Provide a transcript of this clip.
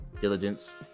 diligence